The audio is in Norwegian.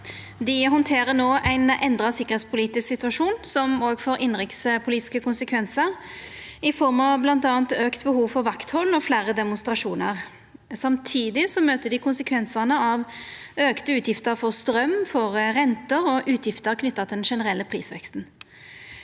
Dei handterer no ein endra sikkerheitspolitisk situasjon som òg får innanrikspolitiske konsekvensar, i form av bl.a. auka behov for vakthald og fleire demonstrasjonar. Samtidig møter dei konsekvensane av auka utgifter til straum, til renter og utgifter knytte til den generelle prisveksten.